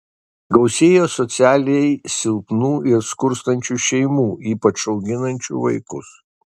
gausėjo socialiai silpnų ir skurstančių šeimų ypač auginančių vaikus